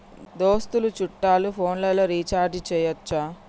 దోస్తులు చుట్టాలు ఫోన్లలో రీఛార్జి చేయచ్చా?